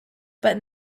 but